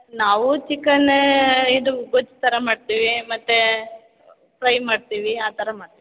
ನಾವು ಚಿಕನ್ ಇದು ಗೊಜ್ಜು ಥರ ಮಾಡ್ತೀವಿ ಮತ್ತು ಫ್ರೈ ಮಾಡ್ತೀವಿ ಆ ಥರ ಮಾಡ್ತೀವಿ